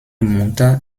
mutter